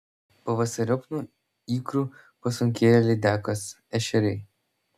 pavasariop nuo ikrų pasunkėja lydekos ešeriai